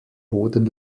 boden